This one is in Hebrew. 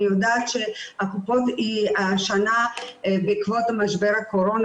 אני יודעת שהקופות השנה בעקבות משבר הקורונה